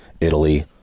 italy